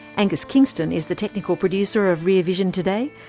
angus kingston is the technical producer of rear vision today.